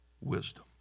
wisdom